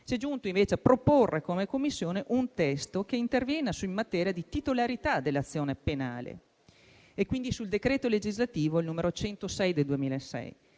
si è giunti invece a proporre un testo che interviene in materia di titolarità dell'azione penale, quindi sul decreto legislativo n. 106 del 2006.